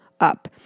up